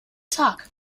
tag